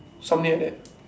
something like that